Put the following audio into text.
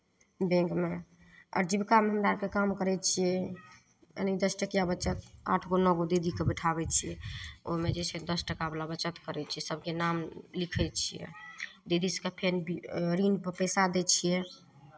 बैंकमे आओर जीविकामे हमरा आरके काम करै छियै यानि दस टकिया बचत आठ गो नओ गो दीदीके बैठाबै छियै ओहिमे जे छै दस टाकावला बचत करै छियै सभके नाम लिखै छियै दीदी सभके फेर ऋणपर पैसा दै छियै